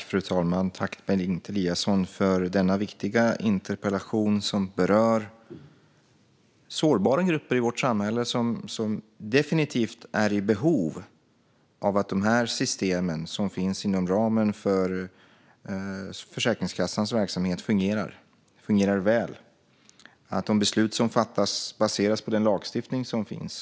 Fru talman! Jag tackar Bengt Eliasson för en viktig interpellation som berör sårbara grupper i vårt samhälle som definitivt är i behov av att de system som finns inom ramen för Försäkringskassans verksamhet fungerar väl och att de beslut som fattas baseras på den lagstiftning som finns.